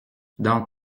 dans